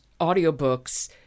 audiobooks